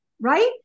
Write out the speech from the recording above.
right